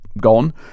gone